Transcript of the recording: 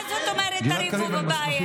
מה זאת אומרת "תריבו בבית"?